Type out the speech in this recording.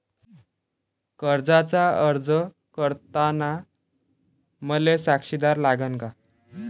कर्जाचा अर्ज करताना मले साक्षीदार लागन का?